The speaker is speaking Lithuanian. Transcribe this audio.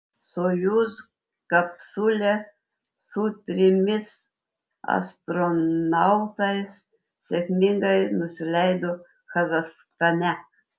sojuz kapsulė su trimis astronautais sėkmingai nusileido kazachstane